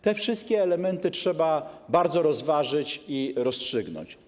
Te wszystkie elementy trzeba bardzo dokładnie rozważyć i rozstrzygnąć.